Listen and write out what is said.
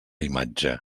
imatge